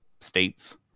states